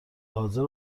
حاضر